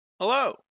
hello